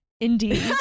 indeed